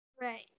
Right